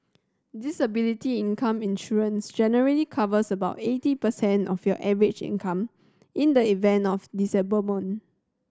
disability income insurance generally covers about eighty percent of your average income in the event of disablement